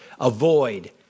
Avoid